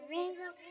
Rainbow